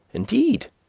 indeed,